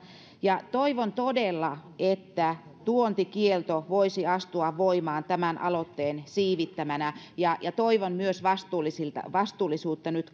toivon todella että tuontikielto voisi astua voimaan tämän aloitteen siivittämänä ja ja toivon myös vastuullisuutta nyt